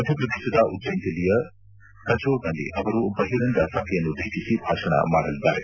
ಮಧ್ಯಪ್ರದೇಶದ ಉಜ್ಜೈನ್ ಜಿಲ್ಲೆಯ ಖಚೊರ್ಡ್ನಲ್ಲಿ ಅವರು ಬಹಿರಂಗ ಸಭೆಯನ್ನುದ್ದೇಶಿಸಿ ಭಾಷಣ ಮಾಡಲಿದ್ದಾರೆ